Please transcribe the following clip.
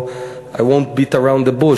I won't beat around the bush.